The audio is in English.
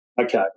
okay